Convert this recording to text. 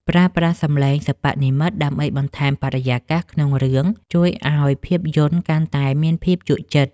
ប្រើប្រាស់សំឡេងសិប្បនិម្មិត ដើម្បីបន្ថែមបរិយាកាសក្នុងរឿងជួយឱ្យភាពយន្តកាន់តែមានភាពជក់ចិត្ត។